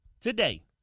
today